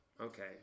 Okay